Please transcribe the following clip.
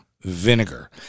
vinegar